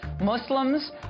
Muslims